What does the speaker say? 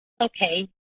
okay